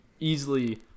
easily